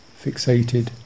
fixated